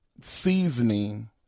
seasoning